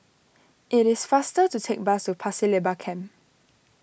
it is faster to take bus to Pasir Laba Camp